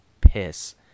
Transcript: piss